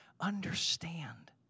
understand